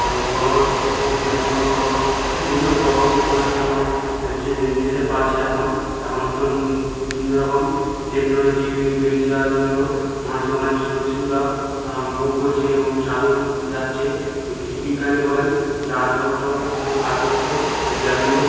এবং গ্রহ মঙ্গল গ্রহ বিভিন্ন গ্রহ উপগ্রহের যেমন যে যেতে পারছে এখন এখন নতুন বিভিন্ন রকম টেকনোলজি বেড়ে যাওয়ার জন্য মাঝে অনেক সুযোগ সুবিধা ভোগ করছে এবং চাঁদেও যাচ্ছে কিছু বিজ্ঞানী হলেন যে আর্যভট্ট আর্যভট্ট গ্যালিলিও